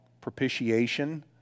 propitiation